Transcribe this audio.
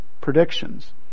predictions